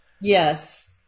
Yes